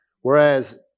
Whereas